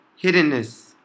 hiddenness